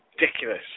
ridiculous